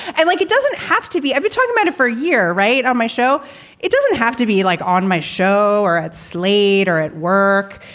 and like, it doesn't have to be every talking metaphor. you're right on my show it doesn't have to be like on my show or at slate or at work.